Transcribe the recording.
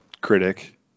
critic